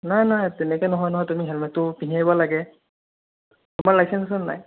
নহয় নহয় তেনেকে নহয় নহয় তুমি হেলমেটটো পিন্ধি আহিব লাগে তোমাৰ লাইচেন্স আছেনে নাই